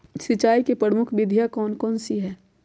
सिंचाई की प्रमुख विधियां कौन कौन सी है?